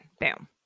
Boom